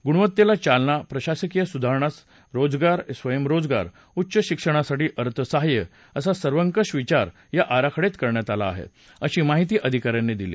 गुणवत्तेला चालना प्रशासकीय सुधारणास रोजगार स्वयरोजगार उच्च शिक्षणासाठी अर्थ सहाय्य असा सर्वकष विचार या आराखड्यात करण्यात आला आहे अशी माहिती अधिका यांनी दिली